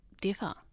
differ